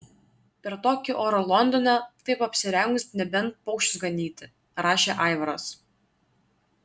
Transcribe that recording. per tokį orą londone taip apsirengus nebent paukščius ganyti rašė aivaras